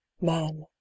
man